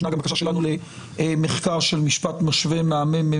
ישנה גם בקשה שלנו למחקר של משפט משווה מהממ"מ